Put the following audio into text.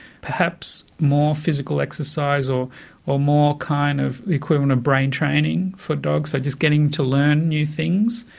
perhaps more physical exercise or or more kind of the equivalent of brain training for dogs, they're just getting to learn new things,